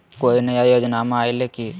कोइ नया योजनामा आइले की?